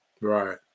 Right